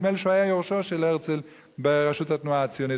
נדמה לי שהוא היה יורשו של הרצל בראשות התנועה הציונית,